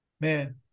man